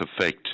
effect